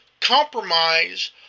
compromise